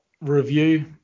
review